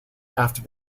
after